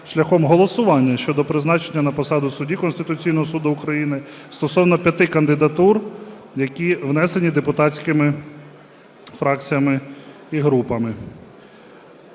шляхом голосування щодо призначення на посаду судді Конституційного Суду України стосовно п'яти кандидатур, які внесені депутатськими фракціями і групами.